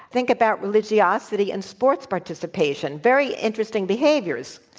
think about religiosity and sports participation very interesting behaviors.